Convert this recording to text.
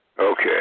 Okay